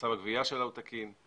מצב הגבייה שלה הוא תקין?